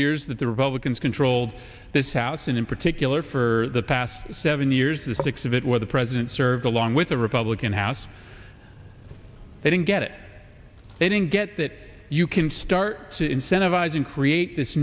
years that the republicans controlled this house and in particular for the past seven years the six of it where the president served along with a republican house they didn't get it they didn't get that you can start to incentivize and create this